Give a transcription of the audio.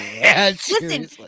Listen